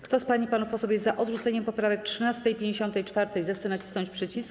Kto z pań i panów posłów jest za odrzuceniem poprawek 13. i 54., zechce nacisnąć przycisk.